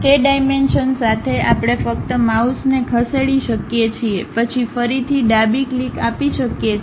તે ડાયમેન્શન સાથે આપણે ફક્ત માઉસને ખસેડી શકીએ છીએ પછી ફરીથી ડાબી ક્લિક આપી શકીએ છીએ